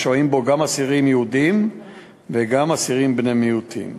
ושוהים בו גם אסירים יהודים וגם אסירים בני-מיעוטים.